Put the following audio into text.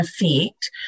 effect